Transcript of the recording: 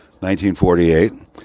1948